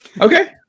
Okay